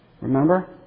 remember